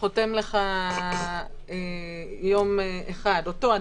שחותם לך יום אחד אותו אדם,